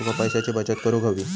तुका पैशाची बचत करूक हवी